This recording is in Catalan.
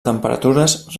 temperatures